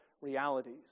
realities